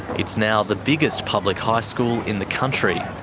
it's now the biggest public high school in the country.